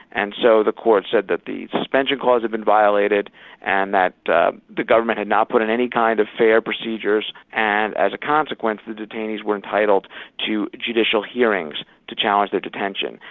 and so the court said that the suspension clause had been violated and that ah the government had not put in any kind of fair procedures, and as a consequence the detainees were entitled to judicial hearings to challenge their detention.